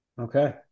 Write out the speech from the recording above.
Okay